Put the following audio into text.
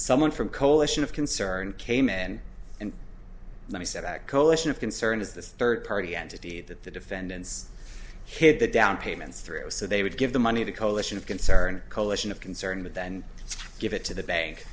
someone from coalition of concerned came in and and he said that coalition of concerned is this third party entity that the defendants hid the down payments through so they would give the money to coalition of concerned coalition of concerned but then give it to the bank